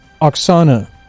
Oksana